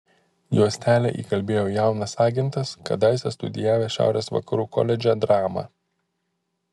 juostelę įkalbėjo jaunas agentas kadaise studijavęs šiaurės vakarų koledže dramą